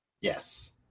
Yes